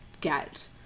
get